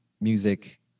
music